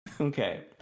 Okay